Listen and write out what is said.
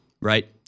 right